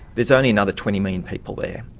there's only another twenty million people there.